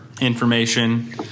information